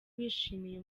bishimiye